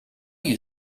you